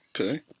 Okay